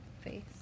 face